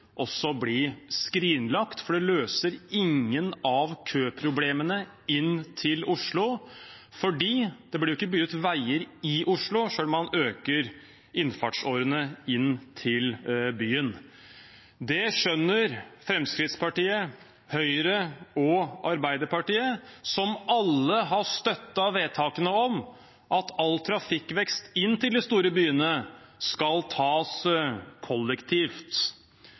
også bli skrinlagt. Det løser ingen av køproblemene inn til Oslo, for det blir jo ikke bygd veier i Oslo, selv om man øker innfartsårene inn til byen. Det skjønner Fremskrittspartiet, Høyre og Arbeiderpartiet, som alle har støttet vedtakene om at all trafikkvekst inn til de store byene skal tas kollektivt.